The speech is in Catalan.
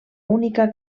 única